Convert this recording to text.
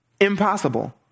Impossible